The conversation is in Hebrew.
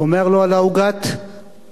אמר לו: על עוגת המרציפן.